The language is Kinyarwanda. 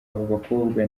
bakobwa